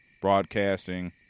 broadcasting